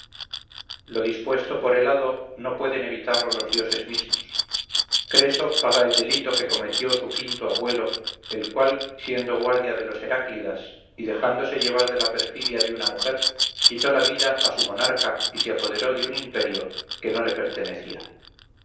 lo dispuesto por el hado no pueden evitarlo los dioses mismos creso paga el delito que cometió su quinto abuelo el cual siendo guardia de los heráclidas y dejándose llevar de la perfidia de una mujer quitó la vida a su monarca y se apoderó de un imperio que no le pertenecía